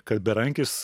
kad berankis